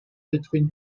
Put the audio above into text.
between